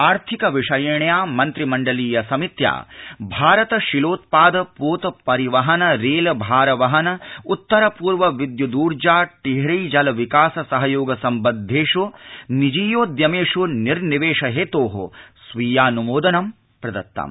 आर्थिक विषयिण्या मन्त्रि मण्डलीय समित्या भारतशिलोत्याद पोतपरिवहन रेलभारवहन उत्तरपूर्वविद्युद्र्जा टिहरीजलविकास सहयोग सम्बद्धेष् निजीयोद्यमेष् निर्निवेश हेतोः स्वीयान्मोदनं प्रदत्तम्